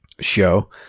show